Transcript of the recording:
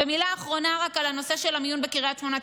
ורק מילה אחרונה על הנושא של המיון בקריית שמונה.